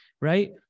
right